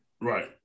Right